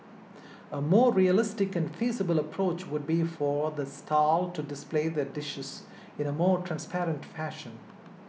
a more realistic and feasible approach would be for the stall to display their dishes in a more transparent fashion